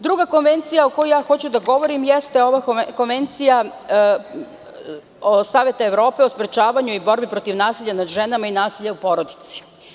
Druga konvencija o kojoj hoću da govorim jeste Konvencija Saveta Evrope o sprečavanju i borbi protiv nasilja nad ženama i nasilja u porodici.